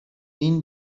این